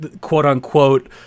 quote-unquote